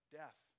death